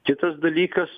kitas dalykas